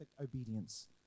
obedience